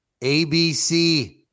ABC